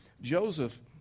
Joseph